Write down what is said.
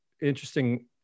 interesting